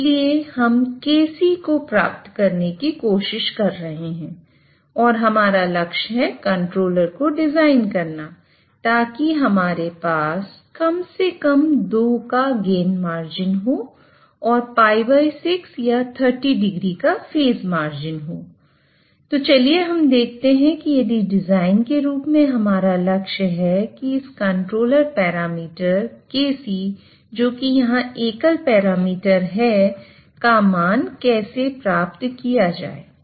इसलिए हम kc को प्राप्त करने की कोशिश कर रहे हैं और हमारा लक्ष्य है कंट्रोलर को डिजाइन करना ताकि हमारे पास कम से कम 2 का गेन मार्जिन हो और л6 या 30 डिग्री का फेज मार्जिन हो तो चलिए हम देखते हैं कि यदि डिजाइन के रूप में हमारा लक्ष्य है कि इस कंट्रोलर पैरामीटर kc जो कि यहां एक एकल पैरामीटर हैका मान कैसे प्राप्त किया जाए